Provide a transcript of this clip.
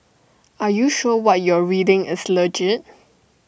are you sure what you're reading is legit